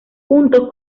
juntos